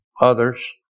others